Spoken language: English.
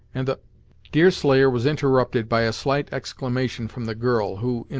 and the deerslayer was interrupted by a slight exclamation from the girl, who,